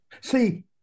See